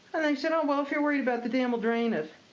they said oh well, if you're worried about the dam, we'll drain it.